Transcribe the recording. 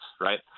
right